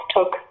Took